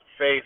faith